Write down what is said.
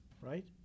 right